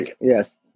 Yes